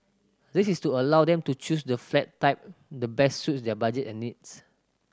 this is to allow them to choose the flat type the best suits their budget and needs